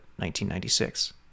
1996